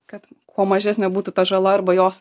kad kuo mažesnė būtų ta žala arba jos